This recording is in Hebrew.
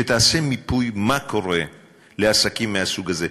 שתעשה מיפוי מה קורה לעסקים מהסוג הזה.